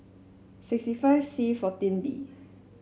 sixty five C fourteen B